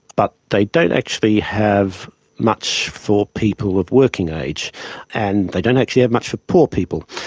but they don't actually have much for people of working age and they don't actually have much for poor people.